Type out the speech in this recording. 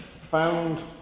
found